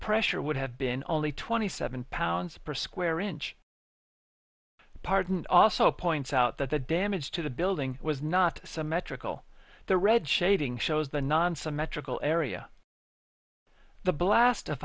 pressure would have been only twenty seven pounds per square inch pardon also points out that the damage to the building was not symmetrical the red shading shows the nonsymmetrical area the blast of